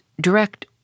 direct